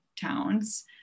towns